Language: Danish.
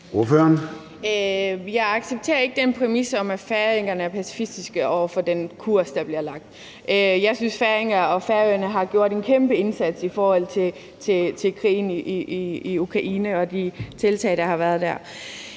Vi accepterer ikke den præmis om, at færingerne er pacifistiske i forhold til den kurs, der bliver lagt. Jeg synes, at færingerne og Færøerne har gjort en kæmpe indsats i forhold til krigen i Ukraine og de tiltag, der har været der.